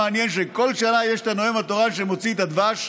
ומעניין שכל שנה יש את הנואם התורן שמוציא את הדבש,